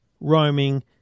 roaming